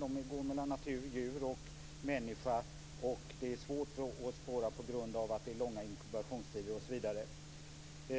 De går mellan natur, djur och människa, och det är svårt att spåra dem på grund av långa inkubationstider osv.